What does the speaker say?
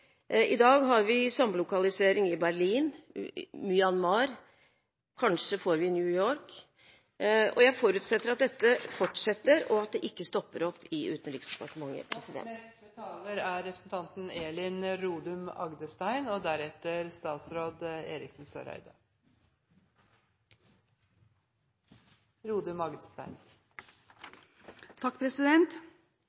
I dag har vi samlokalisering i Berlin og i Myanmar, og kanskje får vi det i New York. Jeg forutsetter at dette fortsetter, og at det ikke stopper opp i Utenriksdepartementet. Det er